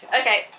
Okay